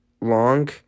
long